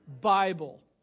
Bible